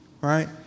Right